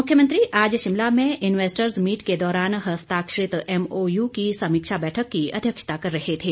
मुख्यमंत्री आज शिमला में इन्वेस्टर्स मीट के दौरान हस्ताक्षरित एमओयू की समीक्षा बैठक की अध्यक्षता कर रहे थे